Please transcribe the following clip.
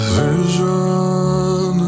vision